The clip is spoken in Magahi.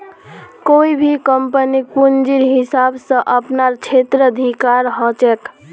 कोई भी कम्पनीक पूंजीर हिसाब स अपनार क्षेत्राधिकार ह छेक